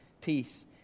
peace